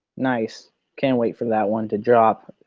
nice can't wait for that one to drop.